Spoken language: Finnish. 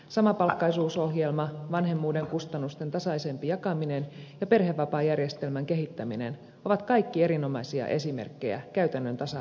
samapalkkaisuusohjelma vanhemmuuden kustannusten tasaisempi jakaminen ja perhevapaajärjestelmän kehittäminen ovat kaikki erinomaisia esimerkkejä käytännön tasa arvotyöstä